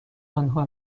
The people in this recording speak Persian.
آنها